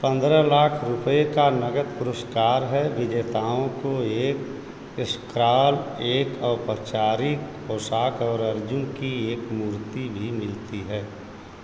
पंद्रह लाख रुपये का नकद पुरस्कार है विजेताओं को एक स्क्रॉल एक औपचारिक पोशाक और अर्जुन की एक मूर्ति भी मिलती है